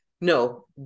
No